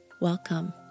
Welcome